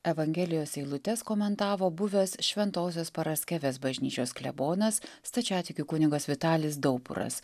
evangelijos eilutes komentavo buvęs šventosios paraskevės bažnyčios klebonas stačiatikių kunigas vitalis dauburas